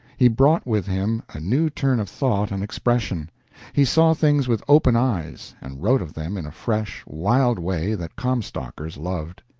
he brought with him a new turn of thought and expression he saw things with open eyes, and wrote of them in a fresh, wild way that comstockers loved.